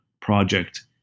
project